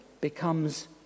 becomes